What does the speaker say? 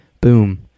Boom